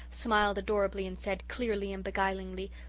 smiled adorably and said, clearly and beguilingly,